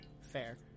Fair